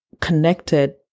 connected